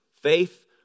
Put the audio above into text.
Faith